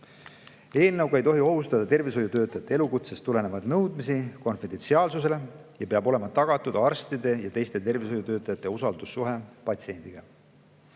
Eelnõuga ei tohi ohustada tervishoiutöötajate elukutsest tulenevaid konfidentsiaalsuse nõudmisi ja peab olema tagatud arstide ja teiste tervishoiutöötajate usaldussuhe patsiendiga.